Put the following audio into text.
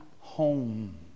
home